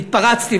והתפרצתי,